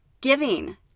giving